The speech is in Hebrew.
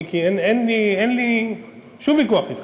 מיקי, אין לי שום ויכוח אתך,